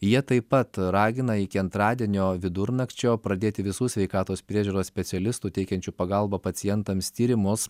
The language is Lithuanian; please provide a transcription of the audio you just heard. jie taip pat ragina iki antradienio vidurnakčio pradėti visų sveikatos priežiūros specialistų teikiančių pagalbą pacientams tyrimus